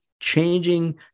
changing